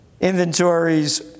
inventories